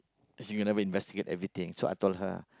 she never investigate everything so I told her